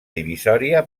divisòria